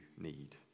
need